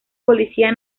policía